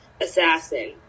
assassin